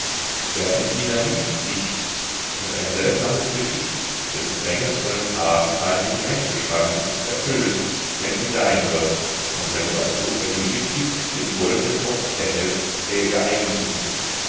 serpentina liebt dich und ein seltsames geschick dessen verhängnisvollen faden feindliche mächte spannen ist erfüllt wenn sie dein wird und wenn du als notwendige mitgift den goldnen topf erhältst der ihr eigentum ist